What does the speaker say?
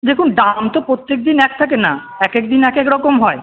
দেখুন দাম তো প্রত্যেকদিন এক থাকে না এক এক দিন এক এক রকম হয়